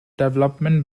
development